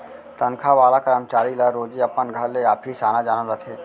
तनखा वाला करमचारी ल रोजे अपन घर ले ऑफिस आना जाना रथे